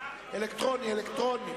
של קבוצת סביבתי-חברתי